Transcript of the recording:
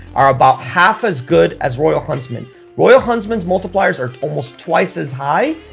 are about half as good as royal huntsman royal huntsman's multipliers are almost twice as high.